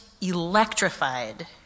electrified